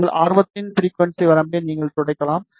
உங்கள் ஆர்வத்தின் ஃபிரிக்குவன்சி வரம்பை நீங்கள் துடைக்கலாம்